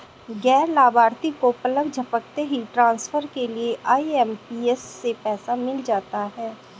गैर लाभार्थी को पलक झपकते ही ट्रांसफर के लिए आई.एम.पी.एस से पैसा मिल जाता है